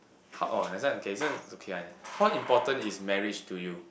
hard oh that's one K this one is okay ah then how important is marriage to you